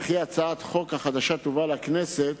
וכי הצעת החוק החדשה תובא לכנסת